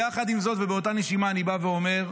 יחד עם זאת ובאותה נשימה אני אומר,